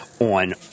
on